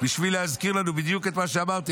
בשביל להזכיר לנו בדיוק את מה שאמרתי.